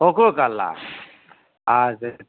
कोकोकला अच्छा ठी